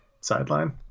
sideline